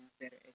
better